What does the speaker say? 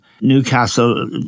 Newcastle